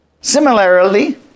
Similarly